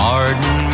Pardon